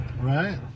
Right